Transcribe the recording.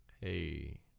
hey